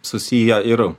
susiję ir